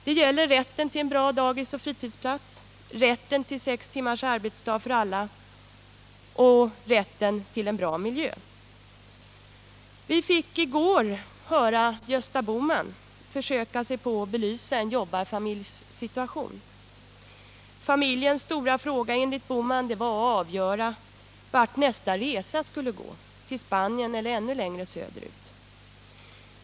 Det gäller rätten till en bra dagiseller fritidshemsplats, rätten till sex timmars arbetsdag för alla och rätten till en bra miljö. Vi fick i går höra Gösta Bohman försöka sig på att belysa en jobbarfamiljs situation. Familjens stora fråga var enligt herr Bohman att avgöra vart nästa resa skulle gå, till Spanien eller ännu längre söderut.